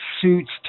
suits